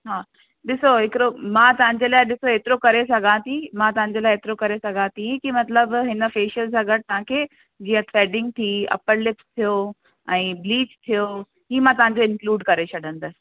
हा ॾिसो हिकिड़ो मां तव्हांजे लाइ ॾिसो एतिरो करे सघां थी मां तव्हांजे लाइ एतिरो करे सघां थी कि मतलबु हिन फ़ेशियल सां गॾु तव्हांखे जीअं थ्रेडिंग थी अपर लिप्स थियो ऐं ब्लीच थियो ही मां तव्हांजो इंक्लूड करे छॾंदसि